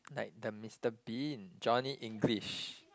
like the Mister Bean Johnny English